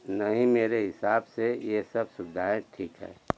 नहीं मेरे हिसाब से यह सब सुविधाएँ ठीक हैं